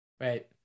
Right